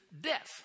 death